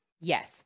Yes